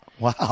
Wow